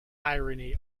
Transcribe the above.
irony